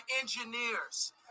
engineers